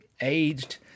aged